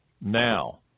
now